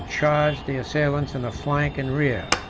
charged the assailants in the flank and rear.